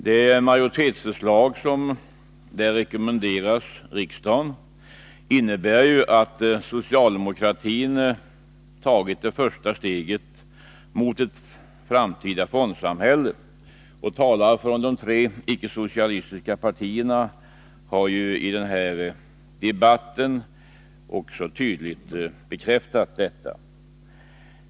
Det majoritetsförslag som där rekommenderas riksdagen innebär att socialdemokratin tagit det första steget mot ett framtida fondsamhälle — talare från de tre icke-socialistiska partierna har i debatten klart bekräftat detta.